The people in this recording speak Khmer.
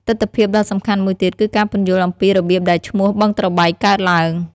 ទិដ្ឋភាពដ៏សំខាន់មួយទៀតគឺការពន្យល់អំពីរបៀបដែលឈ្មោះ "បឹងត្របែក" កើតឡើង។